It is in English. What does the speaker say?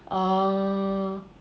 um